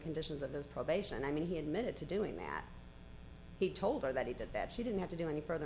conditions of his probation i mean he admitted to doing that he told her that he did that she didn't have to do any further